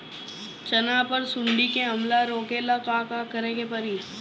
चना पर सुंडी के हमला रोके ला का करे के परी?